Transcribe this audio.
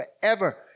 forever